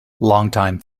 longtime